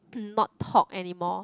not talk anymore